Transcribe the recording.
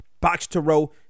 box-to-row